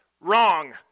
wrong